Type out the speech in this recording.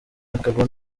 akaba